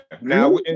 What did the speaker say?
Now